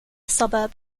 suburb